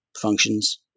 functions